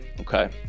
okay